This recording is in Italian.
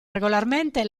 regolarmente